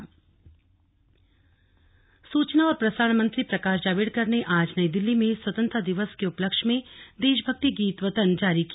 slug देशभक्ति गीत सूचना और प्रसारण मंत्री प्रकाश जावडेकर ने आज नई दिल्ली में स्वतंत्रता दिवस के उपलक्ष में देशभक्ति गीत वतन जारी किया